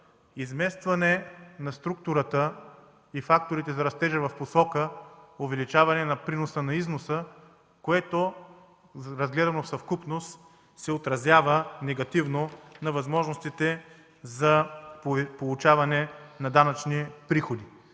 изместване на структурата и факторите на растежа в посока увеличаване на приноса на износа, което, разгледано в съвкупност, се отразява негативно на възможностите за получаване на данъчни приходи.